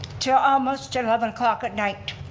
til almost eleven o'clock at night.